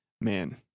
Man